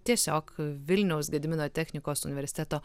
tiesiog vilniaus gedimino technikos universiteto